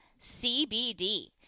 CBD